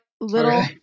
little